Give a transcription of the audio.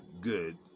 good